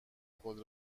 خود